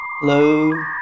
Hello